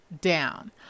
Down